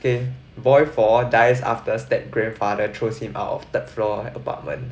then boy four dies after step-grandfather throws him out of third floor apartment